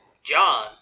John